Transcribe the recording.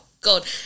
God